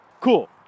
Cool